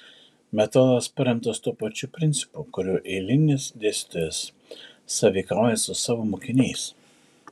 metodas paremtas tuo pačiu principu kuriuo eilinis dėstytojas sąveikauja su savo mokiniais